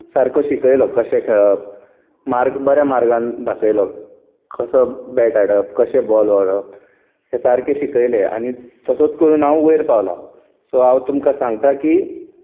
सारको शिकयलो कशें खेळप मार्ग बऱ्या मार्गान दाखयलो कसो बॅट हाडप कशें बॉल व्हरप हें सारकें शिकयलें आनी तसोच करून हांव वयर पावलां सो हांव तुमकां सांगता की